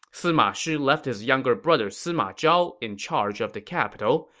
sima shi left his younger brother sima zhao in charge of the capital,